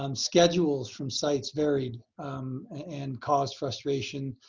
um schedules from sites varied and caused frustration.